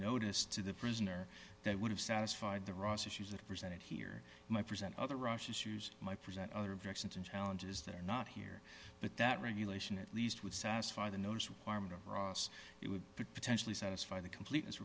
notice to the prisoner that would have satisfied the ross issues that presented here my present other russia issues my present other objection to challenges that are not here but that regulation at least would satisfy the notice requirement of ross it would potentially satisfy the completeness